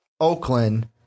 Oakland